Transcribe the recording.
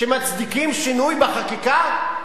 שמצדיקים שינוי בחקיקה?